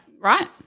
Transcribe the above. right